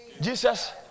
jesus